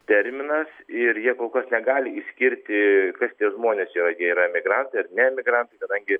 terminas ir jie kol kas negali išskirti kas tie žmonės yra jie yra emigrantai ar neemigrantai kadangi